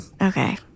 Okay